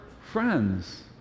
friends